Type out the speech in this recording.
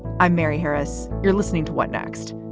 i'm mary harris. you're listening to what next.